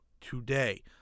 today